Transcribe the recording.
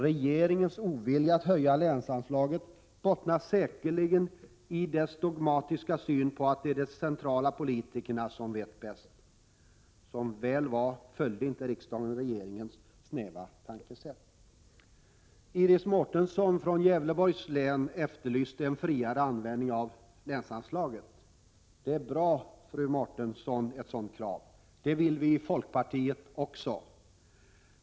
Regeringens ovilja att höja länsanslagen bottnar säkerligen i dess dogmatiska syn på att det är de centrala politikerna som vet bäst. Som väl var följde inte riksdagen regeringens snäva tankesätt. Iris Mårtensson från Gävleborgs län efterlyste en friare användning av länsanslaget. Ett sådant krav är bra, fru Mårtensson. Det vill vi i folkpartiet också.